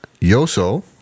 Yoso